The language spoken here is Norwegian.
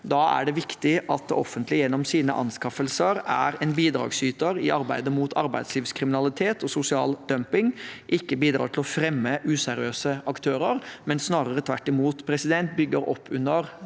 Da er det viktig at det offentlige gjennom sine anskaffelser er en bidragsyter i arbeidet mot arbeidslivskriminalitet og sosial dumping, og at man ikke bidrar til å fremme useriøse aktører, men snarere tvert imot bygger opp under